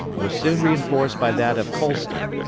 was soon reinforced by that of colston,